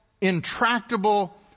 intractable